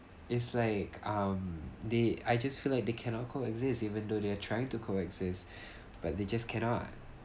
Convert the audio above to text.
it's like um they I just feel like they cannot coexist even though they are trying to coexist but they just cannot